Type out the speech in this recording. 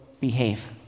Behave